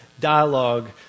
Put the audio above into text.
dialogue